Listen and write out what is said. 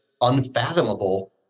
unfathomable